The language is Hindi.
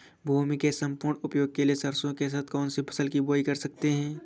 भूमि के सम्पूर्ण उपयोग के लिए सरसो के साथ कौन सी फसल की बुआई कर सकते हैं?